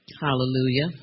hallelujah